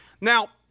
Now